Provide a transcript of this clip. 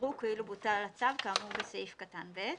יראו כאילו בוטל הצו כאמור בסעיף קטן (ב).